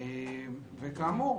כאמור,